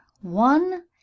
one